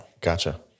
Gotcha